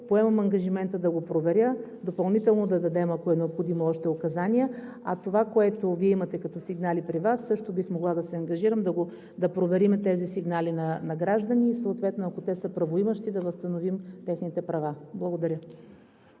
Поемам ангажимента да го проверя, допълнително да дадем, ако е необходимо, още указания. А това, което Вие имате като сигнали при Вас, също бих могла да се ангажирам да проверим тези сигнали на граждани и съответно, ако те са правоимащи, да възстановим техните права. Благодаря.